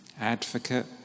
Advocate